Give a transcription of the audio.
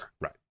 Right